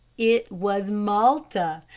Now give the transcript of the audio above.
it was malta.